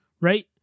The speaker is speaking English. Right